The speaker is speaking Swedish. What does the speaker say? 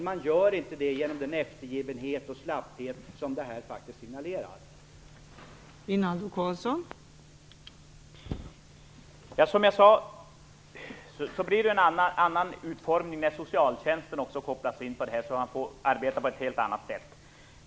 Man gör det inte med den eftergivenhet och slapphet som det här faktiskt signalerar om.